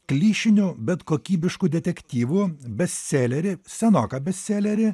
klišinių bet kokybiškų detektyvų bestselerį senoką bestselerį